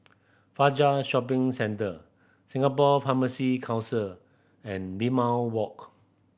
Fajar Shopping Centre Singapore Pharmacy Council and Limau Walk